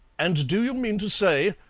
and do you mean to say,